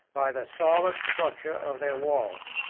by the solid structure of their walls.